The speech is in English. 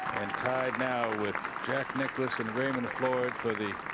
tied now with jack nicholson raymond floyd for the